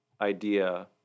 idea